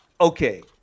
Okay